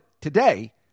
today